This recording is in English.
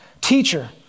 Teacher